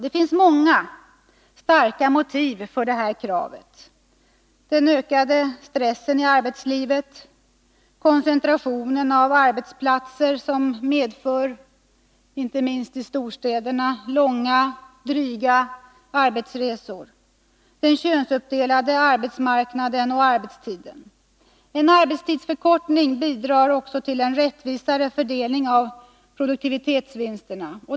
Det finns många starka motiv för dessa krav: den ökade stressen i arbetslivet, koncentrationen av arbetsplatser, som inte minst i storstäderna medför långa och dryga arbetsresor, samt den könsuppdelade arbetsmarknaden och arbetstiden. En arbetstidsförkortning bidrar också till en rättvisare fördelning av produktivitetsvinsterna.